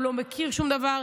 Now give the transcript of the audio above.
הוא לא מכיר שום דבר,